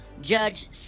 judge